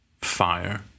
fire